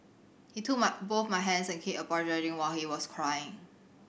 he took my both my hands and kept apologising while he was crying